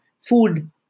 food